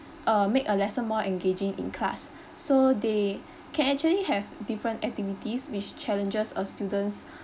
uh make a lesson more engaging in class so they can actually have different activities which challenges a student's